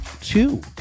two